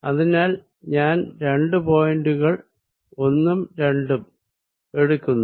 അതിനാൽ ഞാൻ രണ്ടു പോയിന്റുകൾ 1 ഉം 2 ഉം എടുക്കുന്നു